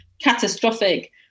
catastrophic